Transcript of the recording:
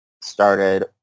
started